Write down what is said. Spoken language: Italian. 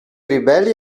ribelli